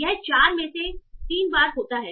यह 4 में से 3 बार होता है